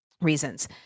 reasons